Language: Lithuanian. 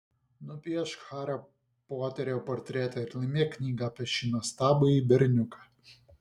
nupiešk hario poterio portretą ir laimėk knygą apie šį nuostabųjį berniuką